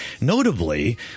Notably